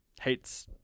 hates